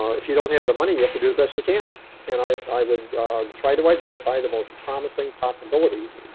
um if you don't have the money, you have to do the best you can and i i would try to identify the most promising possibilities,